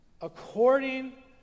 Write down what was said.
According